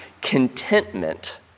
contentment